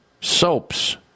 soaps